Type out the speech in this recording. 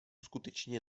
skutečně